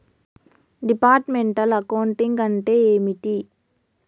Departmental accounting అంటే ఏమిటి?